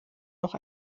noch